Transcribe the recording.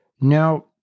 Now